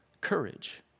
courage